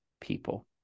people